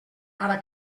ara